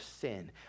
sin